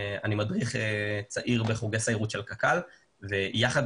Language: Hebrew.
אני מדריך צעיר בחוגי סיירות של קרן קיימת לישראל ויחד